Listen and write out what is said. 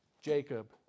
Jacob